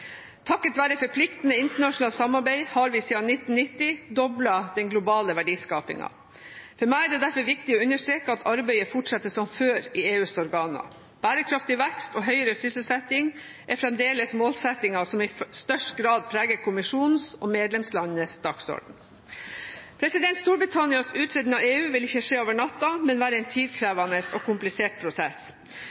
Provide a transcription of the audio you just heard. Takket være forpliktende internasjonalt samarbeid har vi siden 1990 doblet den globale verdiskapingen. For meg er det derfor viktig å understreke at arbeidet fortsetter som før i EUs organer. Bærekraftig vekst og høyere sysselsetting er fremdeles målsettingen som i størst grad preger kommisjonens og medlemslandenes dagsorden. Storbritannias uttreden av EU vil ikke skje over natten, men være en tidkrevende og komplisert prosess.